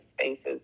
spaces